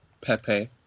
Pepe